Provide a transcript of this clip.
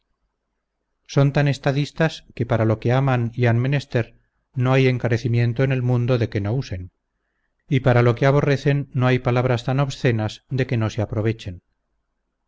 son tan estadistas que para lo que aman y han menester no hay encarecimiento en el mundo de que no usen y para lo que aborrecen no hay palabras tan obscenas de que no se aprovechen